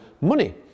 money